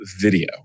video